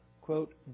quote